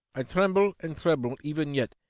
i tremble and tremble even yet,